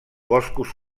boscos